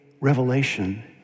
revelation